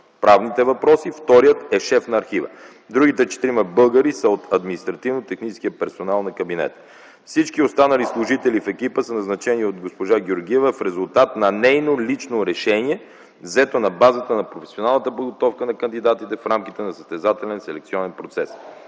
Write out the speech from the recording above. правните въпроси, а вторият е шеф на архива. Другите четирима българи са от административно-техническия персонал на кабинета. Всички останали служители в екипа са назначени от госпожа Георгиева в резултат на нейно лично решение, взето на базата на професионалната подготовка на кандидатите в рамките на състезателен селекционен процес.